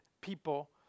people